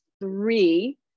three